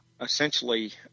essentially